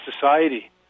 society